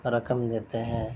رقم دیتے ہیں